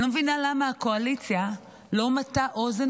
אני לא מבינה למה הקואליציה לא מטה אוזן